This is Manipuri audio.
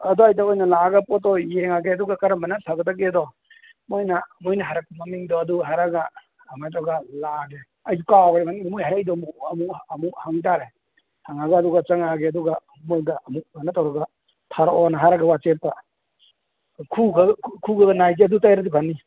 ꯑꯗꯥꯏꯗ ꯑꯣꯏꯅ ꯂꯥꯛꯑꯒ ꯄꯣꯠꯇꯣ ꯌꯦꯡꯉꯒꯦ ꯑꯗꯨꯒ ꯀꯔꯝꯕꯅ ꯐꯒꯗꯒꯦꯗꯣ ꯃꯣꯏꯅ ꯍꯥꯏꯔꯛꯄ ꯃꯃꯤꯡꯗꯣ ꯑꯗꯨ ꯍꯥꯏꯔꯛꯑꯒ ꯑꯃꯥꯏꯅ ꯇꯧꯔꯒ ꯂꯥꯛꯑꯒꯦ ꯑꯩꯁꯨ ꯀꯥꯎꯈ꯭ꯔꯦ ꯃꯃꯤꯡꯗꯣ ꯃꯣꯏ ꯍꯥꯏꯔꯛꯏꯗꯣ ꯑꯃꯨꯛ ꯍꯪꯇꯥꯔꯦ ꯍꯪꯉꯒ ꯑꯗꯨꯒ ꯆꯪꯉꯛꯑꯒꯦ ꯑꯗꯨꯒ ꯃꯣꯏꯗ ꯑꯃꯨꯛ ꯀꯩꯅꯣ ꯇꯧꯔꯒ ꯊꯥꯔꯛꯑꯣꯅ ꯍꯥꯏꯔꯒ ꯋꯥꯆꯦꯞꯇ ꯈꯨ ꯈꯔ ꯈꯔ ꯅꯥꯔꯤꯁꯦ ꯑꯗꯨ ꯇꯩꯔꯗꯤ ꯐꯅꯤ